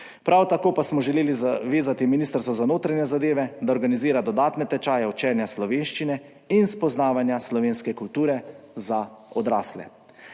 Prav tako pa smo želeli zavezati Ministrstvo za notranje zadeve, da organizira dodatne tečaje učenja slovenščine in spoznavanja slovenske kulture za odrasle.